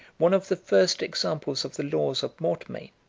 one of the first examples of the laws of mortmain,